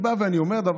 באה ועל מה